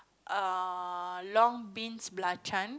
uh long beans belacan